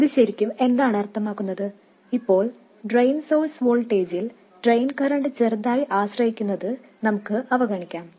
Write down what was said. ഇത് ശരിക്കും എന്താണ് അർത്ഥമാക്കുന്നത് ഇപ്പോൾ ഡ്രെയിൻ സോഴ്സ് വോൾട്ടേജിൽ ഡ്രെയിൻ കറൻറ് ചെറുതായി ആശ്രയിക്കുന്നത് നമുക്ക് അവഗണിക്കാം